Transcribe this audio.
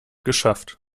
geschafft